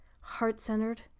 heart-centered